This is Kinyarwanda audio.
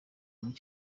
muri